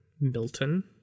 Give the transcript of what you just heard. Milton